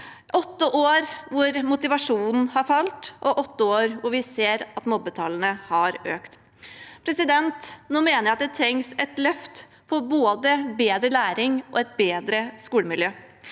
år hvor motivasjonen har falt, og åtte år hvor vi ser at mobbetallene har økt. Nå mener jeg det trengs et løft for både bedre læring og et bedre skolemiljø.